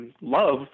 love